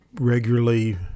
regularly